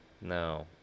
No